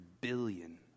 billion